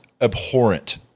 abhorrent